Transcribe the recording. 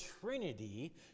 Trinity